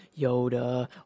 Yoda